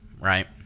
right